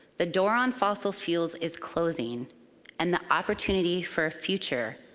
the door on fossil fuels is closing and the opportunity for a future,